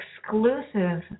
exclusive